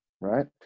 Right